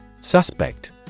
Suspect